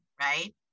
right